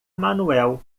manuel